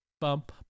Bump